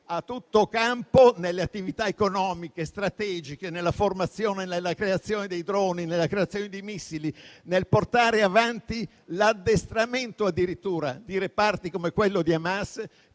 a tutto campo nelle attività economiche e strategiche, nella formazione e creazione dei droni e missili e nel portare avanti l'addestramento addirittura di reparti, come quello di Hamas,